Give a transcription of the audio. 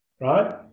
right